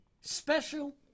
special